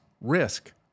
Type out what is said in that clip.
risk